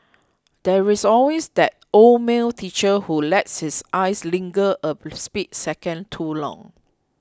there is always that old male teacher who lets his eyes linger a split second too long